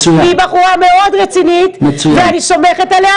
היא בחורה מאוד רצינית ואני סומכת עליה,